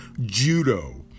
judo